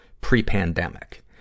pre-pandemic